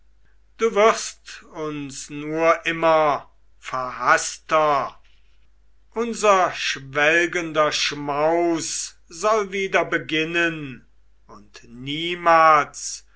du wirst uns nur immer verhaßter unser schwelgender schmaus soll wieder beginnen und niemals